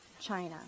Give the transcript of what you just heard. China